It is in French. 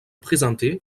présenter